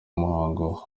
muhango